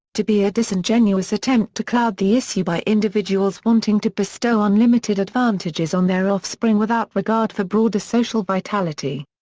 to be a disingenuous attempt to cloud the issue by individuals wanting to bestow unlimited advantages on their offspring without regard for broader social vitality.